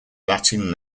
latin